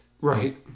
Right